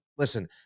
Listen